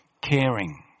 caring